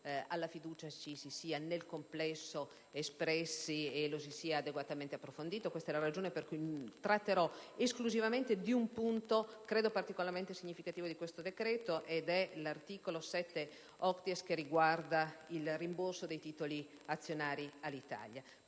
alla fiducia ci si sia espressi nel complesso e lo si sia adeguatamente approfondito. Questa è la ragione per cui tratterò esclusivamente di un punto particolarmente significativo di questo decreto, vale a dire l'articolo 7-*octies*, che riguarda il rimborso dei titoli azionari Alitalia.